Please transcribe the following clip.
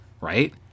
right